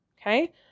Okay